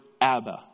Abba